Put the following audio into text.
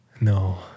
No